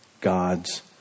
God's